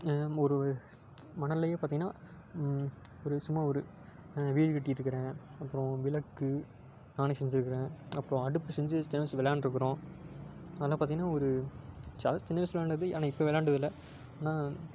ஒரு மணலையே பார்த்தீங்கன்னா ஒரு சும்மா ஒரு வீடு கட்டியிருக்கறேன் அப்புறம் விளக்கு பானை செஞ்சுருக்கறேன் அப்புறம் அடுப்பு செஞ்சு வெச்சுட்டு எல்லா விளையாண்ட்ருக்கிறோம் அதலாம் பார்த்தீங்கன்னா ஒரு சா சின்ன வயசில் விளையாண்டது ஆனால் இப்போ விளையாண்டதில்லை ஆனால்